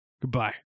Goodbye